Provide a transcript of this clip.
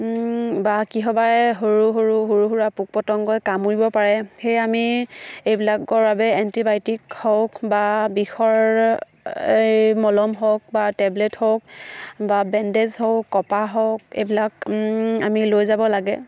বা কিহবাই সৰু সৰু সৰু সুৰা পোক পতংগই কামুৰিব পাৰে সেয়ে আমি এইবিলাকৰ বাবে এণ্টিবায়'টিক হওক বা বিষৰ এই মলম হওক বা টেবলেট হওক বা বেণ্ডেজ হওক কপাহ হওক এইবিলাক আমি লৈ যাব লাগে